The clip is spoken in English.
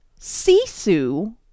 Sisu